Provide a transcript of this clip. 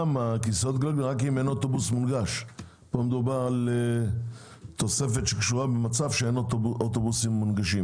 כאן מדובר על תוספת שקשורה במצב שאין אוטובוסים מונגשים.